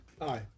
Aye